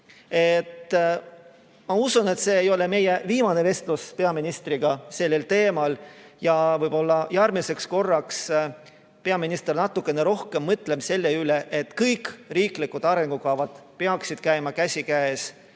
Ma usun, et see ei ole meie viimane vestlus peaministriga sellel teemal ja võib-olla järgmiseks korraks peaminister natukene rohkem mõtleb selle üle, et riiklikud arengukavad peaksid käima käsikäes